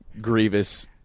grievous